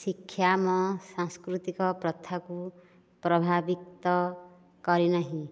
ଶିକ୍ଷା ଆମ ସାଂସ୍କୃତିକ ପ୍ରଥାକୁ ପ୍ରଭାବିତ କରିନାହିଁ